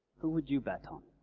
who would you bet on?